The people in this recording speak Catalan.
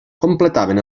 completaven